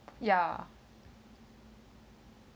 ya